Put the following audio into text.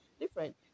different